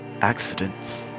Accidents